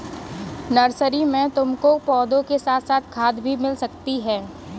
nursery में तुमको पौधों के साथ साथ खाद भी मिल सकती है